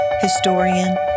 historian